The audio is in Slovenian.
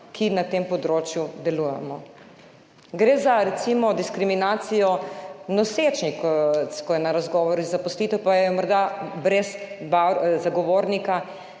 na tem področju. Gre za recimo diskriminacijo nosečnic, ko so na razgovoru za zaposlitev, pa morda brez zagovornika